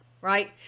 right